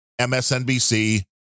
MSNBC